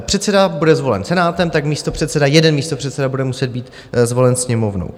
Předseda bude zvolen Senátem, tak místopředseda, jeden místopředseda, bude muset být zvolen Sněmovnou.